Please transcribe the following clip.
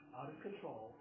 out-of-control